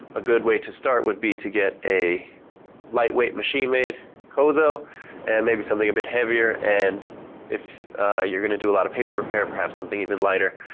a good way to start would be to get a light weight machine-made kozo and maybe something a bit heavier and if you are going to do a lot of paper repair, perhaps something even lighter,